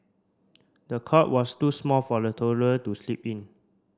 the cot was too small for the toddler to sleep in